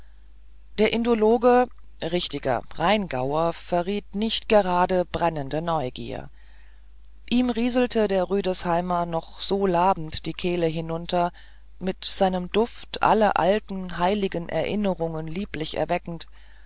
der indologe richtiger rheingauer verriet nicht gerade brennende neugier ihm rieselte der rüdesheimer noch so labend die kehle hinunter mit seinem duft alle alten heiligen erinnerungen lieblich erweckend